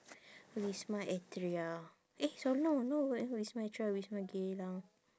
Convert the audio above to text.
wisma atria eh sor~ no no what wisma atria wisma geylang